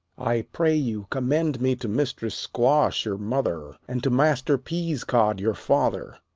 i pray you, commend me to mistress squash, your mother, and to master peascod, your father.